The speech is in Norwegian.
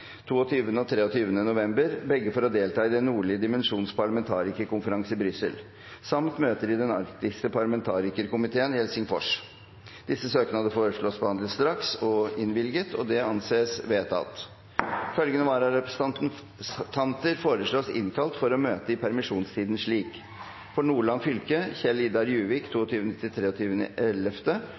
og 23. november – begge for å delta i Den nordlige dimensjons parlamentarikerkonferanse i Brussel samt møter i den arktiske parlamentarikerkomiteen i Helsingfors Etter forslag fra presidenten ble enstemmig besluttet: Søknadene behandles straks og innvilges. Følgende vararepresentanter innkalles for å møte i permisjonstiden slik: For Nordland fylke: Kjell Idar Juvik